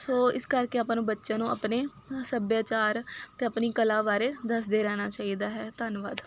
ਸੋ ਇਸ ਕਰਕੇ ਆਪਾਂ ਨੂੰ ਬੱਚਿਆਂ ਨੂੰ ਆਪਣੇ ਸੱਭਿਆਚਾਰ ਅਤੇ ਆਪਣੀ ਕਲਾ ਬਾਰੇ ਦੱਸਦੇ ਰਹਿਣਾ ਚਾਹੀਦਾ ਹੈ ਧੰਨਵਾਦ